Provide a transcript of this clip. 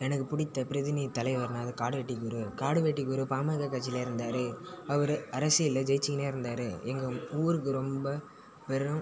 எனக்குப் பிடித்த பிரதிநிதி தலைவர்னால் அது காடுவெட்டி குரு காடுவெட்டி குரு பாமக கட்சியில் இருந்தார் அவர் அரசியலில் ஜெயிச்சிக்கின்னே இருந்தார் எங்கள் ஊருக்கு ரொம்ப பெரும்